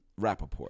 Rappaport